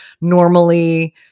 normally